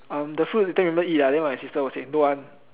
uh the food later remember eat ah then my sister will say don't want